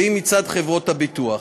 והיא מצד חברות הביטוח,